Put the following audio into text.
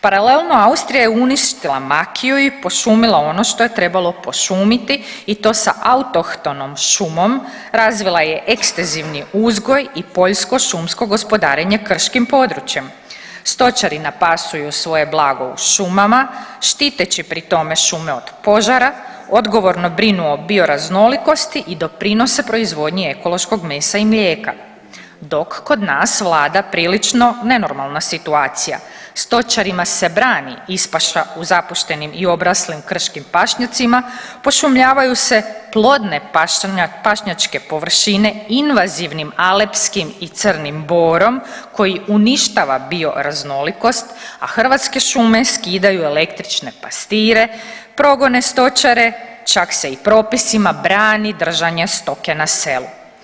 Paralelno Austrija je uništila makiju i pošumila ono što je trebalo pošumiti i to sa autohtonom šumom, razvila je ekstenzivni uzgoj i poljsko šumsko gospodarenje krškim područjem, stočari napasuju svoje blago u šumama štiteći pri tome šume od požara, odgovorno brinu o bioraznolikosti i doprinose proizvodnji ekološkog mesa i mlijeka dok kod nas vlada prilično nenormalna situacija, stočarima se brani ispaša u zapuštenim i obraslim krškim pašnjacima, pošumljavaju se plodne pašnjačke površine invazivnim alepskim i crnim borom koji uništava bioraznolikost, a Hrvatske šume skidaju električne pastire, progone stočare, čak se i propisima brani držanje stoke na selu.